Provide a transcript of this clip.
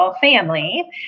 family